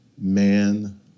man